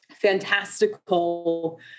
fantastical